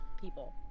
people